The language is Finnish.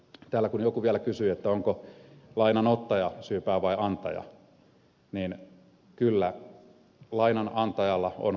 täällä kun joku vielä kysyi onko lainanottaja syypää vai lainanantaja niin kyllä lainanantajalla on vastuu myöskin